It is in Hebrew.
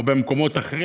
או במקומות אחרים.